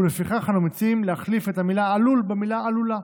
לפיכך אנו מציעים להחליף את המילה "עלול" במילה "עלולה".